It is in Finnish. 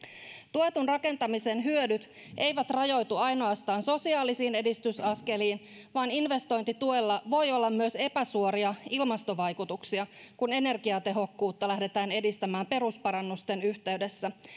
tuetun rakentamisen hyödyt eivät rajoitu ainoastaan sosiaalisiin edistysaskeliin vaan investointituella voi olla myös epäsuoria ilmastovaikutuksia kun energiatehokkuutta lähdetään edistämään perusparannusten yhteydessä